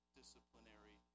disciplinary